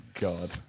god